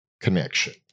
connection